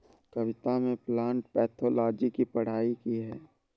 कविता ने plant pathology की पढ़ाई की है